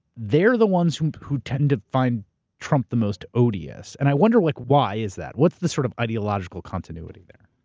they're the ones who who tend to find trump the most odious. and i wonder like why is that. what's the sort of ideological continuity there?